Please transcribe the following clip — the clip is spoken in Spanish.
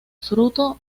fruto